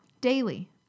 daily